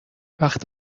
وقت